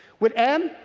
with n,